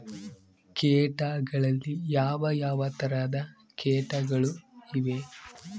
ಕೇಟಗಳಲ್ಲಿ ಯಾವ ಯಾವ ತರಹದ ಕೇಟಗಳು ಇವೆ?